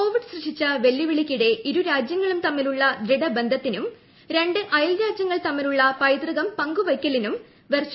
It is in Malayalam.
കോവിഡ് സൃഷ്ടിച്ച വെല്ലുവിളിക്കിടെ ഇരുരാജൃങ്ങളും തമ്മിലുള്ള ദൃഢബന്ധത്തിനും രണ്ട് അയൽ രാജ്യങ്ങൾ തമ്മിലുള്ള പൈതൃകം പങ്കൂവയ്ക്കലിനും വെർചൽ യോഗം വഴിവയ്ക്കും